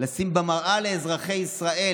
לשים מראה לאזרחי ישראל,